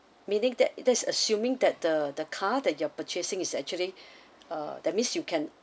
meaning that that's assuming that the the car that you are purchasing is actually uh that means you can